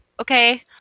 Okay